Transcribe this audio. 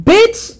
Bitch